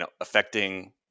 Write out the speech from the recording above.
affecting